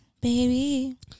baby